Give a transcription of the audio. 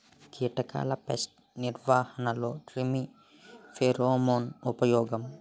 కీటకాల పేస్ట్ నిర్వహణలో క్రిమి ఫెరోమోన్ ఉపయోగం